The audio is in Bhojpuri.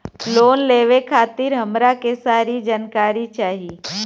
लोन लेवे खातीर हमरा के सारी जानकारी चाही?